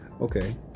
Okay